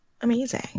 Amazing